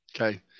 Okay